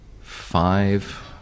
five